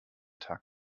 tag